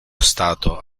stato